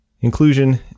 inclusion